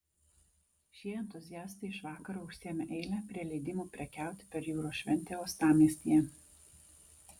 šie entuziastai iš vakaro užsiėmė eilę prie leidimų prekiauti per jūros šventę uostamiestyje